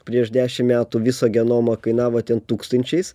prieš dešim metų viso genomo kainavo ten tūkstančiais